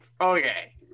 Okay